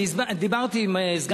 אדוני יושב-ראש הכנסת, דיברתי עם סגן השר.